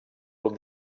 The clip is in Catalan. grup